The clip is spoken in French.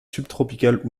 subtropicales